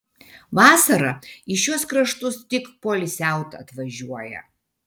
vasarą į šiuos kraštus tik poilsiaut atvažiuoja